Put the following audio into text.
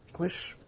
wish,